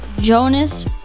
Jonas